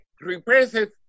repressive